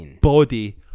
body